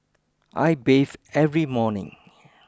I bathe every morning